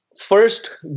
First